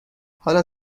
حالا